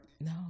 No